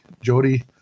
jody